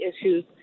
issues